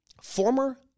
Former